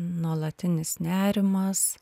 nuolatinis nerimas